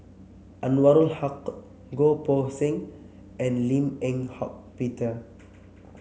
Anwarul Haque Goh Poh Seng and Lim Eng Hock Peter